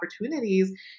opportunities